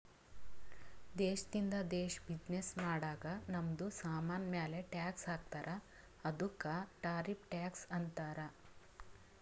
ದೇಶದಿಂದ ದೇಶ್ ಬಿಸಿನ್ನೆಸ್ ಮಾಡಾಗ್ ನಮ್ದು ಸಾಮಾನ್ ಮ್ಯಾಲ ಟ್ಯಾಕ್ಸ್ ಹಾಕ್ತಾರ್ ಅದ್ದುಕ ಟಾರಿಫ್ ಟ್ಯಾಕ್ಸ್ ಅಂತಾರ್